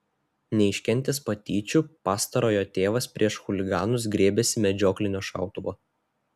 neiškentęs patyčių pastarojo tėvas prieš chuliganus griebėsi medžioklinio šautuvo